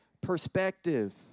perspective